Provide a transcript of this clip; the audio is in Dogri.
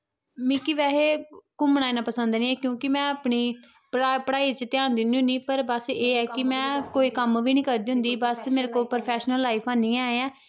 मिगी बैसे घूमनां इन्नां पसंद नी ऐ में अपनें पढ़ाई पर ध्यान दिन्नी होन्नी पर एह् ऐ कि में कोई कम्म बी नी करदी होंदी बस मेरी कोई प्रफैशनल लाइफ है नी ऐ